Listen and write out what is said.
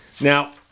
Now